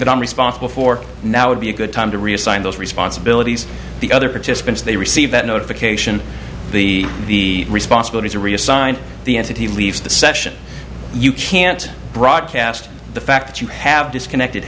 that i'm responsible for now would be a good time to reassign those responsibilities the other participants they receive that notification be the responsibility to reassign the entity leaves the session you can't broadcast the fact that you have disconnected